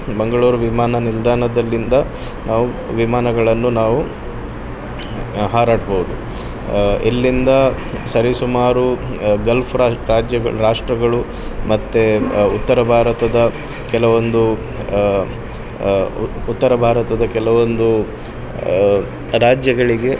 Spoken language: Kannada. ಮಂಗಳೂರು ವಿಮಾನ ನಿಲ್ದಾಣದಲ್ಲಿಂದ ನಾವು ವಿಮಾನಗಳನ್ನು ನಾವು ಹಾರಾಡ್ಬೋದು ಇಲ್ಲಿಂದ ಸರಿ ಸುಮಾರು ಗಲ್ಫ್ ರಾಜ್ಯಗಳು ರಾಷ್ಟ್ರಗಳು ಮತ್ತು ಉತ್ತರ ಭಾರತದ ಕೆಲವೊಂದು ಉತ್ತರ ಭಾರತದ ಕೆಲವೊಂದು ರಾಜ್ಯಗಳಿಗೆ